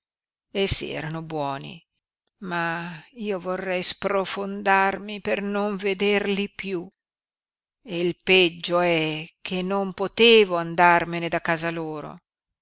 me essi erano buoni ma io vorrei sprofondarmi per non vederli piú e il peggio è che non potevo andarmene da casa loro